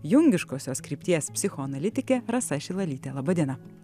jungiškosios krypties psichoanalitikė rasa šilalytė laba diena